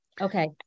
Okay